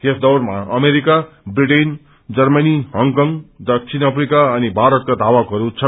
यस दौड़मा America Britain Germany Hong Kong दक्षिण Africa अनि भारतका धावकहरू छन्